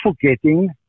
forgetting